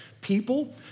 people